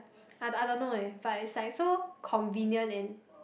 I I don't know eh but it's like so convenient and